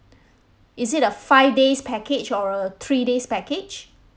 is it a five days package or a three days package